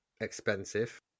Expensive